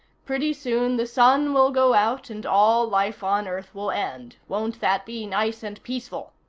pretty soon the sun will go out and all life on earth will end. won't that be nice and peaceful?